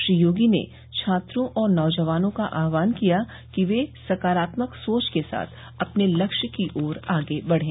श्री योगी छात्रों और नौजवानों का आहवान किया कि वे सकारात्मक सोच के साथ अपने लक्ष्य की ओर आगे बढ़े